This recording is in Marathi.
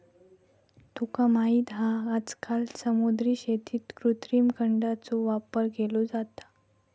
तुका माहित हा आजकाल समुद्री शेतीत कृत्रिम खडकांचो वापर केलो जाता